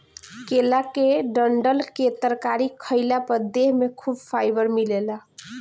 केला के डंठल के तरकारी खइला पर देह में खूब फाइबर मिलेला